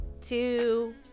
two